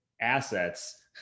assets